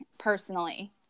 personally